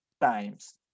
times